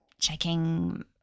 checking